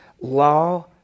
law